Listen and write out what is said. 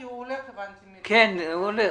כי הבנתי שהוא הולך.